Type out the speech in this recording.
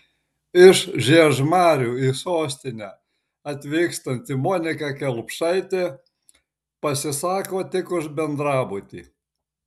iš žiežmarių į sostinę atvykstanti monika kelpšaitė pasisako tik už bendrabutį